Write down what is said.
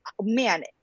man